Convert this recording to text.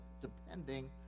depending